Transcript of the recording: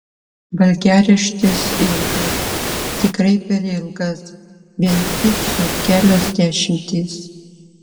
valgiaraštis ilgas tikrai per ilgas vien picų kelios dešimtys